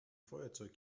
feuerzeug